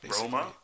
Roma